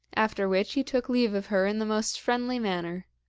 after which he took leave of her in the most friendly manner.